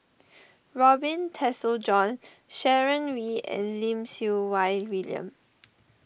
Robin Tessensohn Sharon Wee and Lim Siew Wai William